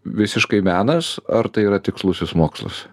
visiškai menas ar tai yra tikslusis mokslas